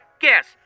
Guess